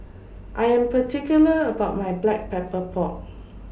I Am particular about My Black Pepper Pork